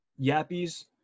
yappies